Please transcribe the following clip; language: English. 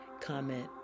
comment